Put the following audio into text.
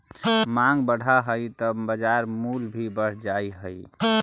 माँग बढ़ऽ हइ त बाजार मूल्य भी बढ़ जा हइ